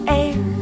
air